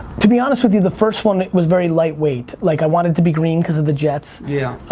to be honest with you the first one was very lightweight. like i wanted to be green because of the jets. yeah.